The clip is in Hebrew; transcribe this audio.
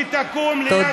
שתקום ליד מדינת ישראל.